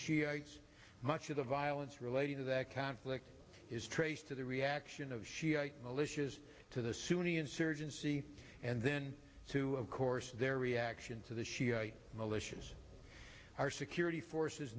shiites much of the violence relating to that conflict is traced to the reaction of shiite militias to the sunni insurgency and then to of course their reaction to the shia militias our security forces